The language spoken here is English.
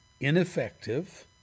ineffective